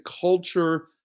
culture